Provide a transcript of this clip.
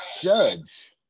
judge